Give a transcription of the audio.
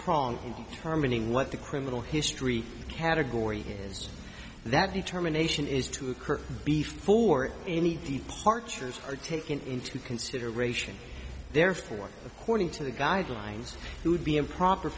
prong in determining what the criminal history category is that determination is to occur before any departures are taken into consideration therefore according to the guidelines it would be improper